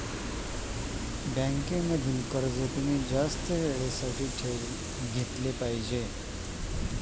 bank म्हाईन कर्ज तुमी जास्त येळ साठे लेवाले जोयजे